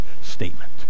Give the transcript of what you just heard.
statement